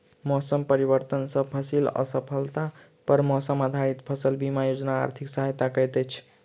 मौसम परिवर्तन सॅ फसिल असफलता पर मौसम आधारित फसल बीमा योजना आर्थिक सहायता करैत अछि